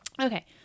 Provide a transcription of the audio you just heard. Okay